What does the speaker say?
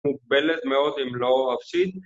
‫מוגבלת מאוד אם לא אפסית